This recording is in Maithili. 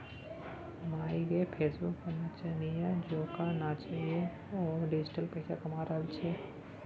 माय गे फेसबुक पर नचनिया जेंका नाचिकए ओ डिजिटल पैसा कमा रहल छै